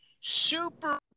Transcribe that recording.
super